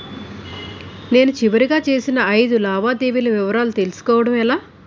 నేను చివరిగా చేసిన ఐదు లావాదేవీల వివరాలు తెలుసుకోవటం ఎలా?